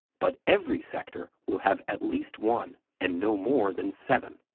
but every sector will have at least one, and no more than seven.